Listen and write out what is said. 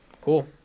Cool